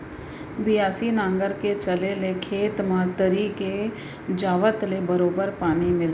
बियासी नांगर के चले ले खेत म तरी के जावत ले बरोबर पानी मिलथे